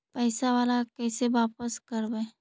पैसा बाला कैसे बापस करबय?